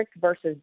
versus